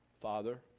Father